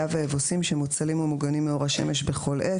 ואבוסים שמוצלים ומוגנים מאור השמש בכל עת.